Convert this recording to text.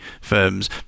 firms